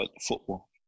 football